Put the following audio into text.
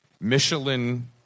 Michelin